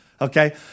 Okay